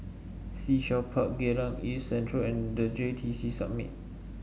Sea Shell Park Geylang East Central and The J T C Summit